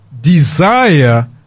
desire